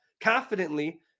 confidently